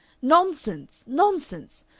nonsense! nonsense!